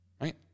right